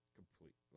complete